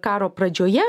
karo pradžioje